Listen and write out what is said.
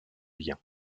liens